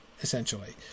essentially